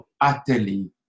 utterly